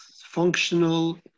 functional